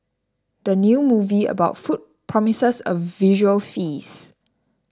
the new movie about food promises a visual feast